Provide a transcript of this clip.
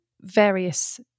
various